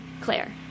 Claire